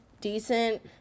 decent